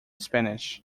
spanish